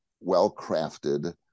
well-crafted